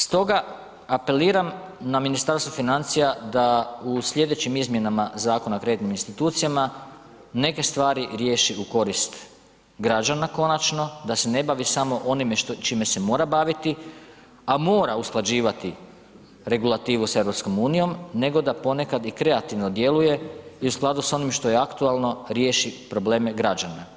Stoga apeliram na Ministarstvo financija da u slijedećim izmjenama Zakona o kreditnim institucijama neke stvari riješi u korist građana konačno, da se ne bavi samo onime čime se mora baviti, a mora usklađivati regulativu sa EU, nego da ponekad i kreativno djeluje i u skladu s onim što je aktualno riješi probleme građana.